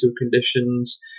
conditions